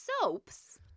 soaps